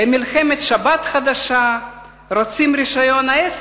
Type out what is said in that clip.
"מלחמת שבת חדשה", "רוצים רשיון עסק?